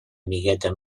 amigueta